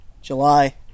July